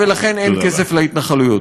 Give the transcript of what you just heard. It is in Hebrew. ולכן אין כסף להתנחלויות.